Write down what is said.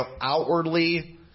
outwardly